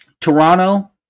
Toronto